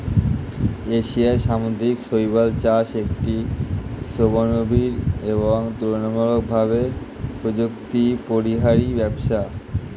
এশিয়ার সামুদ্রিক শৈবাল চাষ একটি শ্রমনিবিড় এবং তুলনামূলকভাবে প্রযুক্তিপরিহারী ব্যবসা